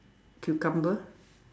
cucumber